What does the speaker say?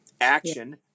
Action